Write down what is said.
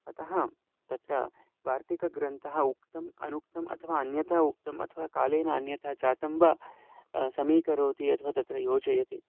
अतः तत्र वार्तिकग्रन्थः उक्तम् अनुक्तम् अथवा अन्यथा उक्तम् अथवा कालेन अन्यथा जातं वा समीकरोति अथवा तत्र योजयति